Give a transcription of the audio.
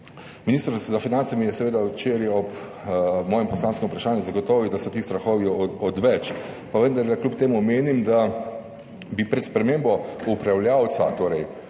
Minister za finance mi je včeraj ob mojem poslanskem vprašanju zagotovil, da so ti strahovi odveč, pa vendarle kljub temu menim, da bi pred spremembo upravljavca, torej,